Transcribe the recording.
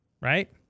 right